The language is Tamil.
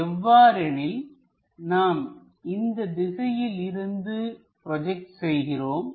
எவ்வாறெனில் நாம் இந்த திசையில் இருந்து ப்ரோஜெக்ட் செய்கிறோம்